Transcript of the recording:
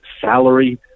salary